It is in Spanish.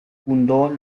fundó